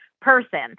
person